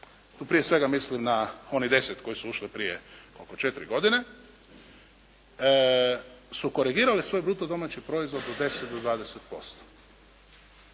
tu prije svega mislim na onih 10 koje su ušle prije oko 4 godine su korigirale svoj bruto domaći proizvod u 10 do 20%.